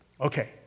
Okay